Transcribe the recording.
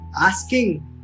Asking